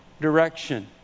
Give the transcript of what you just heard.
direction